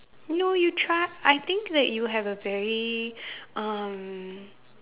no you try I think that you have a very um